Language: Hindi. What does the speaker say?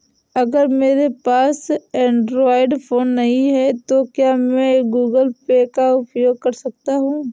अगर मेरे पास एंड्रॉइड फोन नहीं है तो क्या मैं गूगल पे का उपयोग कर सकता हूं?